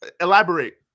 Elaborate